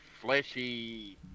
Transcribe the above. fleshy